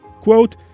Quote